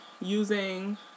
using